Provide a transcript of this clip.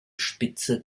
spitze